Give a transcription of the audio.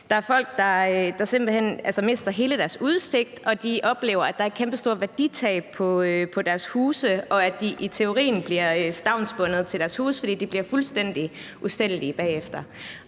Der er folk, der simpelt hen mister hele deres udsigt, og de oplever, at der er et kæmpestort værditab på deres huse, og at de i teorien bliver stavnsbundet til deres huse, fordi de bliver fuldstændig usælgelige bagefter,